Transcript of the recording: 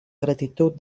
gratitud